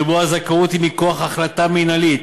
שבו הזכאות היא מכוח החלטה מינהלית,